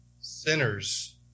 Sinners